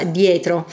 dietro